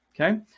Okay